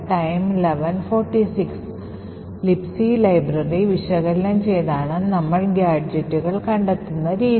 Libc library വിശകലനം ചെയ്താണ് നമ്മൾ ഗാഡ്ജെറ്റുകൾ കണ്ടെത്തുന്ന രീതി